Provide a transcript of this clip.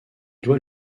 doit